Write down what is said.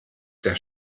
der